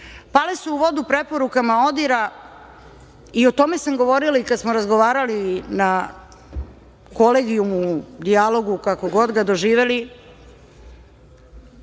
Pale su u vodu preporukama ODIHR-a i o tome sam govorila kada smo razgovarali na Kolegijumu, dijalogu, kako god ga doživeli,